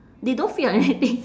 they don't feed on anything